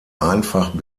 einfach